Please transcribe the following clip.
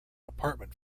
apartment